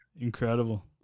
Incredible